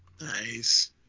Nice